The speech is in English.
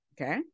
Okay